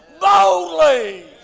boldly